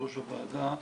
יושב-ראש הוועדה.